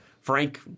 Frank